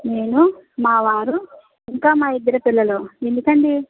నేను మావారు ఇంకా మా ఇద్దరి పిల్లలు ఎందుకు అండి